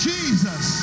Jesus